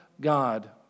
God